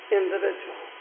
individual